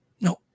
No